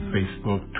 Facebook